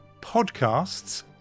podcasts